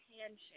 handshake